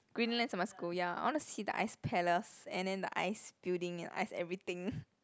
Greenland's a must go ya I want to see the ice palace and then the ice building and ice everything